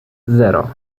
zero